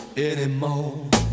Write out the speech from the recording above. anymore